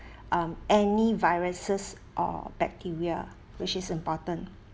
um any viruses or bacteria which is important